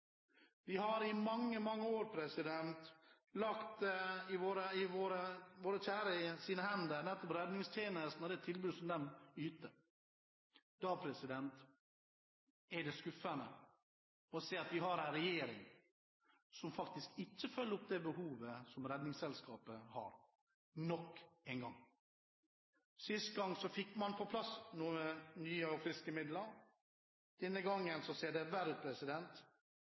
Vi har i mange, mange år lagt våre kjære i nettopp redningstjenestens hender, benyttet det tilbudet den yter. Da er det skuffende å se at vi har en regjering som faktisk ikke følger opp det behovet Redningsselskapet har – nok en gang. Sist gang fikk man på plass noen nye og friske midler, denne gangen ser det verre